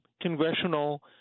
congressional